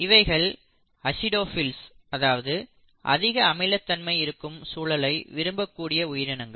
இவைகள் அசிடோஃபில்ஸ் அதாவது அதிக அமிலத்தன்மை இருக்கும் சூழலை விரும்பக்கூடிய உயிரினங்கள்